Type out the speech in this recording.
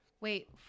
Wait